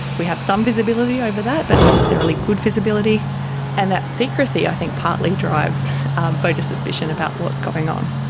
we have some visibility over that but not necessarily good visibility and that secrecy i think partly drives voter suspicion about what's going on.